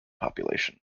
population